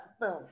Boom